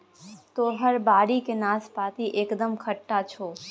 तोहर बाड़ीक नाशपाती एकदम खट्टा छौ